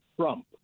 Trump